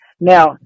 Now